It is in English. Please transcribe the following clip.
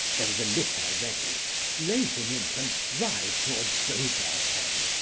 there is a litter ready lay him in't and drive towards dover, friend,